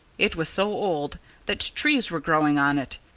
it was so old that trees were growing on it.